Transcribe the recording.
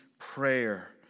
Prayer